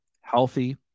healthy